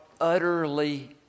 utterly